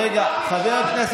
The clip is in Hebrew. מי אתה בכלל?